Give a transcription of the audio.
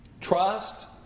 Trust